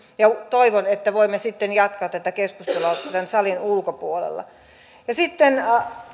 ja toivon että voimme sitten jatkaa keskustelua tämän salin ulkopuolella sitten